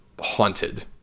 haunted